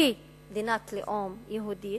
כמדינת לאום יהודית,